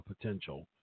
potential